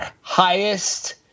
highest